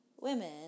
women